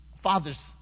father's